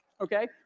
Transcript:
okay